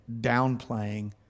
downplaying